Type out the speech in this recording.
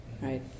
right